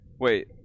Wait